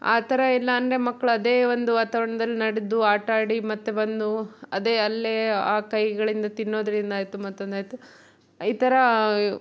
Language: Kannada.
ಆ ಥರ ಇಲ್ಲ ಅಂದರೆ ಮಕ್ಳು ಅದೇ ಒಂದು ವಾತಾವರ್ಣ್ದಲ್ಲಿ ನಡೆದು ಆಟ ಆಡಿ ಮತ್ತೆ ಬಂದು ಅದೇ ಅಲ್ಲೇ ಆ ಕೈಗಳಿಂದ ತಿನ್ನೋದರಿಂದಾಯಿತು ಮತ್ತೊಂದಾಯಿತು ಈ ಥರ